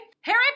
Harry